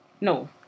No